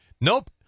Nope